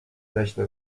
داشته